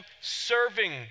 serving